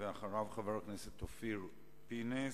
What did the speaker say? ואחריו, חבר הכנסת אופיר פינס,